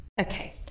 Okay